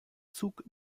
zug